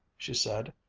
she said,